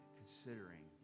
considering